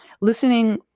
Listening